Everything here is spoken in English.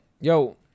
Yo